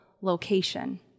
location